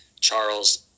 Charles